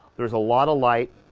there's a lot of light,